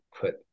put